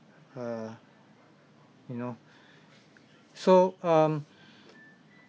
err you know so um